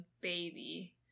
baby